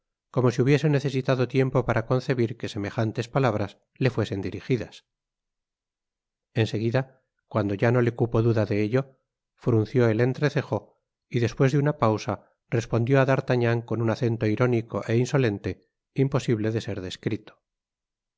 como si hubiese necesitado tiempo para concebir que semejantes palabras le fuesen dirigidas en seguida cuando ya no le cupo duda de ello frunció el entrecejo y despues de una pausa respondió á d'artagnan con un acento irónico é insolente imposible de ser descrito